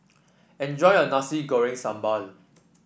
enjoy your Nasi Goreng Sambal